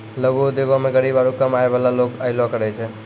लघु उद्योगो मे गरीब आरु कम आय बाला लोग अयलो करे छै